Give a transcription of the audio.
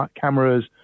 cameras